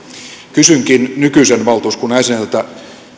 kysynkin nykyisen valtuuskunnan jäseniltä